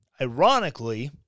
ironically